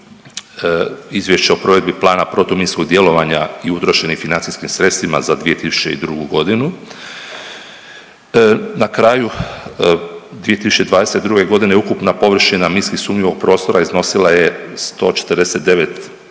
Izvješće o provedbi Plana protuminskog djelovanja i utrošenim financijskim sredstvima za 2022. g. Na kraju 2022. g. ukupna površina minski sumnjivog prostora iznosila je 149,7